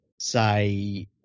say